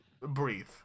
Breathe